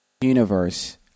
universe